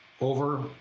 over